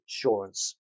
insurance